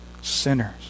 sinners